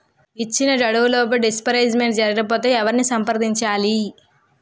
ఇచ్చిన గడువులోపు డిస్బర్స్మెంట్ జరగకపోతే ఎవరిని సంప్రదించాలి?